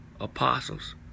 apostles